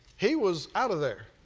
he was out of there,